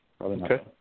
Okay